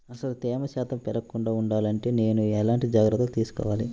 అసలు తేమ శాతం పెరగకుండా వుండాలి అంటే నేను ఎలాంటి జాగ్రత్తలు తీసుకోవాలి?